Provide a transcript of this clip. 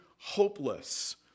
hopeless